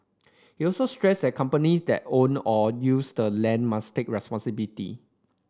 he also stressed that companies that own or use the land must take responsibility